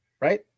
Right